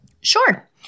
Sure